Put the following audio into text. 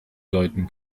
deuten